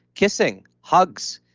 kissing, hugs,